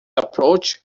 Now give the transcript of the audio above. approach